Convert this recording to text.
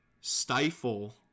stifle